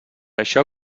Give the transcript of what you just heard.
això